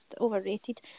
overrated